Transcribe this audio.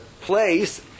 place